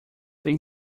tem